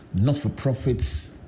not-for-profits